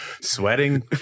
sweating